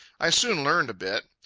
i soon learned a bit.